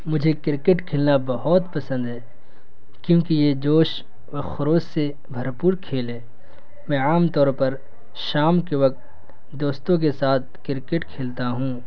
مجھے کرکٹ کھیلنا بہت پسند ہے کیونکہ یہ جوش و خروش سے بھرپور کھیل ہے میں عام طور پر شام کے وقت دوستوں کے ساتھ کرکٹ کھیلتا ہوں